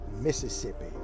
Mississippi